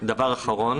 דבר אחרון